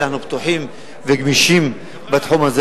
אנחנו פתוחים וגמישים בתחום הזה.